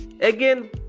Again